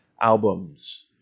albums